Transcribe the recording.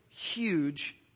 Huge